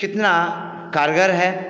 कितना कारगर है